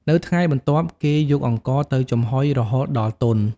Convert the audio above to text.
នៅថ្ងៃបន្ទាប់ គេយកអង្ករទៅចំហុយរហូតដល់ទន់។